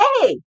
Hey